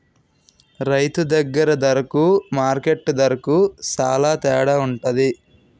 రైతు దగ్గర దరకు మార్కెట్టు దరకు సేల తేడవుంటది